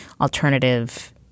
alternative